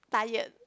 tired